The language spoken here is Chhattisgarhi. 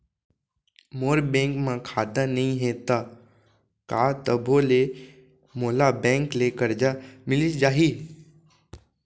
मोर बैंक म खाता नई हे त का तभो ले मोला बैंक ले करजा मिलिस जाही?